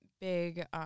big –